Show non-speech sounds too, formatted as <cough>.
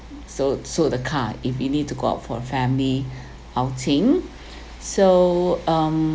so so the car if you need to go out for a family <breath> outing <breath> so um